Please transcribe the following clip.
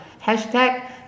Hashtag